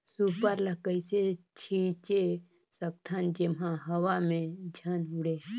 Super ल कइसे छीचे सकथन जेमा हवा मे झन उड़े?